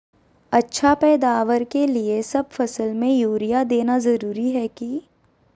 अच्छा पैदावार के लिए सब फसल में यूरिया देना जरुरी है की?